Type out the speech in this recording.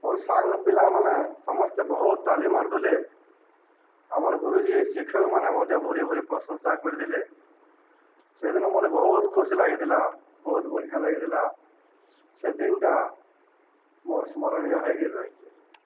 ମୋର ସାଙ୍ଗ ପିଲାମାନେ ସମସ୍ତେ ବହୁତ ତାଲି ମାରୁଥିଲେ ଆମର ଗୁରୁଜୀ ଶିକ୍ଷକମାନେ ମଧ୍ୟ ଭୁରି ଭୁରି ପ୍ରଶଂସା କରିଥିଲେ ସେଦିନ ମତେ ବହୁତ ଖୁସି ଲାଗିଥିଲା ବହୁତ ବଢ଼ିଆ ଲାଗିଥିଲା ସେ ଦିନଟା ମୋର ସ୍ମରଣୀୟ ହେଇକିରି ରହିଛି